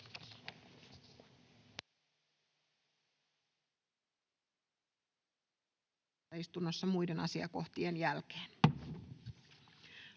jatketaan muiden asiakohtien jälkeen.